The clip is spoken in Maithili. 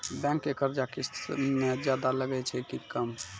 बैंक के कर्जा किस्त मे ज्यादा लागै छै कि कम?